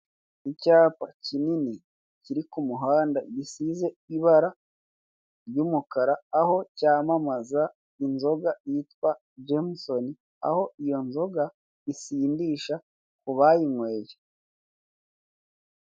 Icyapa kinini kiri ku muhanda gisize ibara ry'umukara, aho cyamamaza inzoga yitwa jemusoni aho iyo nzoga isindisha ku bayinyweye.